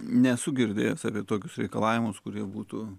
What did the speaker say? nesu girdėjęs apie tokius reikalavimus kurie būtų